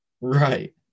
Right